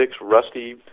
Rusty